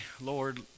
Lord